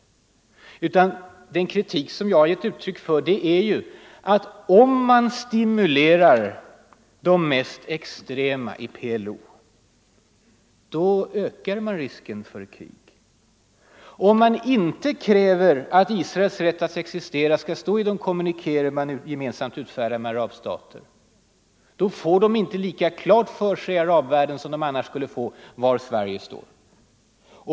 Den 173 kritik som jag har gett uttryck för är tvärtom att om man stimulerar de mest extrema i PLO ökar risken för krig. Om man inte kräver att Israels rätt att existera skall stå i de kommunikéer man utfärdar gemensamt med arabstater, får man i arabvärlden inte tillräckligt klart för sig var Sverige står.